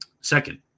Second